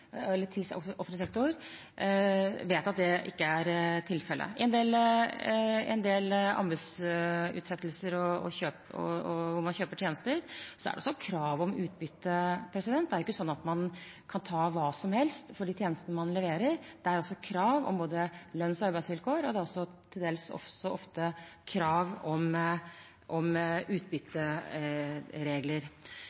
vet at det ikke er tilfellet. I en del anbudsutsettelser hvor man kjøper tjenester, er det også krav om utbytte. Det er ikke sånn at man kan ta hva som helst for de tjenestene man leverer. Det er krav om både lønns- og arbeidsvilkår, og det er til dels også ofte krav om